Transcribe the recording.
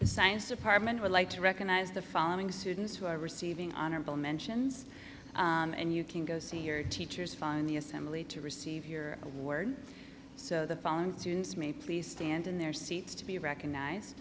the science department would like to recognize the following students who are receiving honorable mentions and you can go see your teachers fund the assembly to receive your award so the following students may please stand in their seats to be recognized